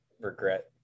regret